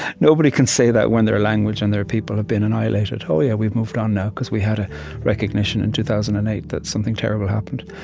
nobody can say that when their language and their people have been annihilated oh, yeah, we've moved on now, because we had a recognition in two thousand and eight that something terrible happened.